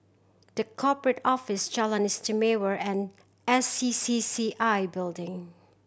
The Corporate Office Jalan Istimewa and S C C C I Building